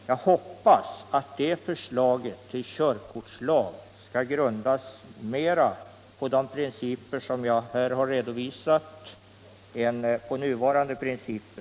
Jag hoppas att det förslaget skall grundas mer på de principer som jag här har redovisat än på nuvarande principer.